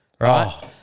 right